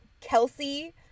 Kelsey